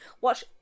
Watch